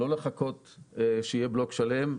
לא לחכות שיהיה בלוק שלם.